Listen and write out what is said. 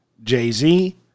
Jay-Z